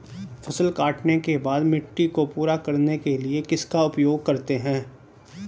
फसल काटने के बाद मिट्टी को पूरा करने के लिए किसका उपयोग करते हैं?